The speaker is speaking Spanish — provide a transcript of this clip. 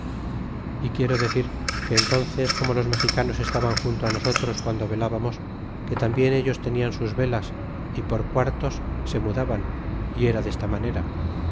y quiero decir que en túnces como los mexicanos estaban junto á nosotros guando velábamos que tambien ellos tenían sus velas y por quartos se mudaban y era de esta manera